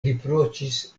riproĉis